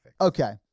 Okay